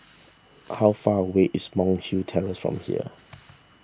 how far away is Monk's Hill Terrace from here